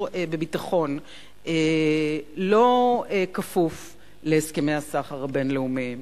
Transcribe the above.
בביטחון לא כפוף להסכמי הסחר הבין-לאומיים,